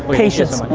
patience.